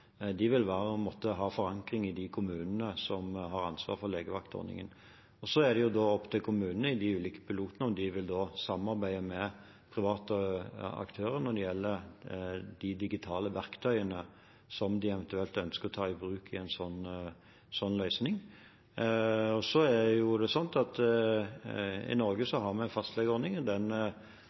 de pilotene som skal være på legevaktordningen, vil måtte ha forankring i de kommunene som har ansvaret for legevaktordningen. Og så er det opp til kommunene i de ulike pilotene om de vil samarbeide med private aktører når det gjelder de digitale verktøyene som de eventuelt ønsker å ta i bruk i en sånn løsning. I Norge har vi fastlegeordningen. Den